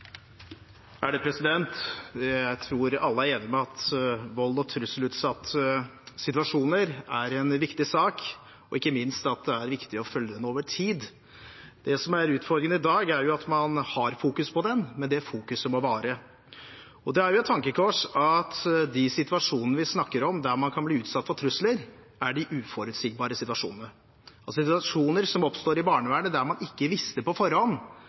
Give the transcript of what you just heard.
at vold og trusselutsatte situasjoner er en viktig sak, og ikke minst at det er viktig å følge det over tid. Det som er utfordringen i dag, er jo at man har fokus på dette, men det fokuset må vare. Det er et tankekors at de situasjonene vi snakker om, der man kan bli utsatt for trusler, er de uforutsigbare situasjonene – situasjoner som oppstår i barnevernet, der man ikke visste på forhånd